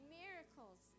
miracles